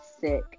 sick